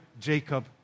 Jacob